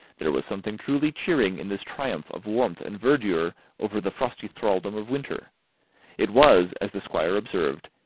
there was something truly cheering in this triumph of warmth and verdure over the frosty thraldom of winter it was, as the squire observed,